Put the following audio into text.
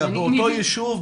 באותו יישוב,